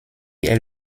est